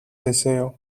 deseo